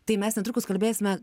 tai mes netrukus kalbėsime